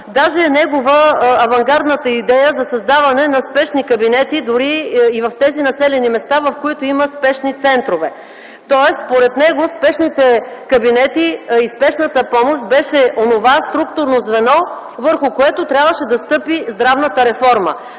даже е негова авангардната идея за създаване на спешни кабинети дори и в тези населени места, в които има спешни центрове. Тоест според него спешните кабинети и спешната помощ бяха онова структурно звено, върху което трябваше да стъпи здравната реформа